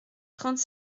trente